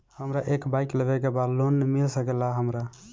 हमरा एक बाइक लेवे के बा लोन मिल सकेला हमरा?